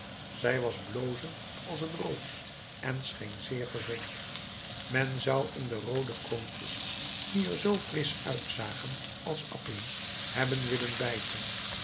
zij was blozend als een roos en scheen zeer gezond men zou in de roode koontjes die er zoo frisch uitzagen als appelen hebben willen bijten